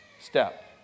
step